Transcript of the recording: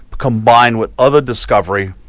combined with other discovery,